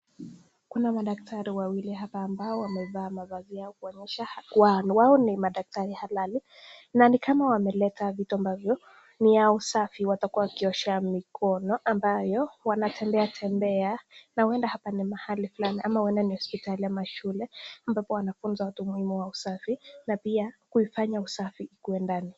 Kuna madaktari hapa ambao wamevaa mavazi yao kuonyesha hao ni madaktari halali, na ni kama wameleta vitu ambavyo ni ya usafi watakuwa wanaoshea mikono ambayo wanatembea tembea, na huenda hapa ni mahali fulani, ama huenda ni hospitali ama shule, ambapo wanfunza watu umuhimu wa usafi, na pia kufanya usafi ikuwe ndani.